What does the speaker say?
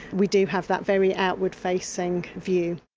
we do have that very outward facing view.